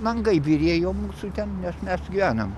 langai byrėjo mūsų ten nes mes gyvenam